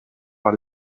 par